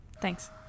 Thanks